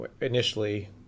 initially